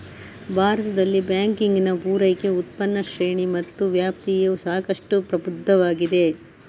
ಭಾರತದಲ್ಲಿ ಬ್ಯಾಂಕಿಂಗಿನ ಪೂರೈಕೆ, ಉತ್ಪನ್ನ ಶ್ರೇಣಿ ಮತ್ತು ವ್ಯಾಪ್ತಿಯು ಸಾಕಷ್ಟು ಪ್ರಬುದ್ಧವಾಗಿದೆ